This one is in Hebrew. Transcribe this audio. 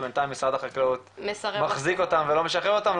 ובינתיים משרד החקלאות מחזיק אותן ולא משחרר אותן,